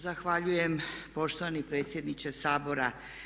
Zahvaljujem poštovani predsjedniče Sabora.